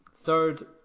third